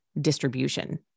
distribution